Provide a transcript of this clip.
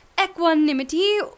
equanimity